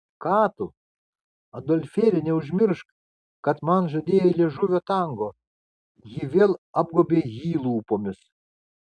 ką tu adolfėli neužmiršk kad man žadėjai liežuvio tango ji vėl apgaubė jį lūpomis